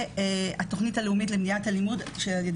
והתוכנית הלאומית למניעת אלימות על-ידי